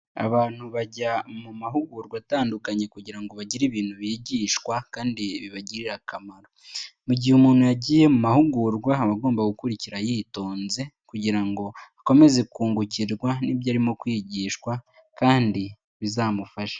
Abantu bajya mu mahugurwa atandukanye kugira ngo bagire ibintu bigishwa kandi bibagirire akamaro. Mu gihe umuntu yagiye mu mahugurwa aba agomba gukurikira yitonze kugira ngo akomeze kungukirwa n'ibyo arimo kwigishwa kandi bizamufashe.